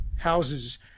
Houses